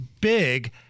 big